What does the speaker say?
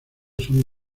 son